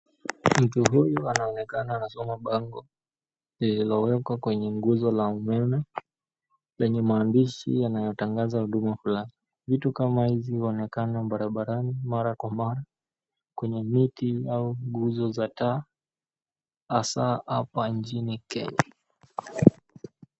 Mtu huyu anaonekana anasoma bango lililo wekwa kwenye nguzo la umeme, lenye maandishi yanayo tangaza huduma fulani. Vitu kama hivi huonekana barabarani mara kwa mara, kwenye miti au nguzo za taa hasaa hapa nchini kenya.